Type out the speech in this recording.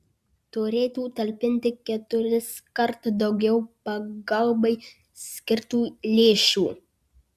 turėtų talpinti keturiskart daugiau pagalbai skirtų lėšų